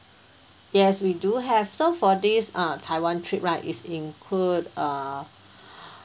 yes we do have so for this uh taiwan trip right it's include uh